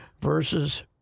versus